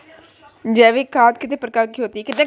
जैविक खाद कितने प्रकार की होती हैं?